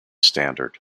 standard